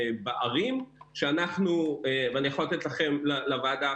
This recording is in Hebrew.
בערים, ואני יכול לתת לוועדה